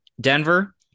Denver